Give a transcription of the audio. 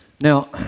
Now